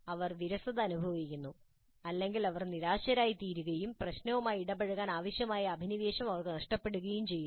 അവർ വിരസത അനുഭവിക്കുന്നു അല്ലെങ്കിൽ അവർ നിരാശരായിത്തീരുകയും പ്രശ്നവുമായി ഇടപഴകാൻ ആവശ്യമായ അഭിനിവേശം അവർക്ക് നഷ്ടപ്പെടുകയും ചെയ്യുന്നു